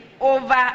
over